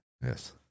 Yes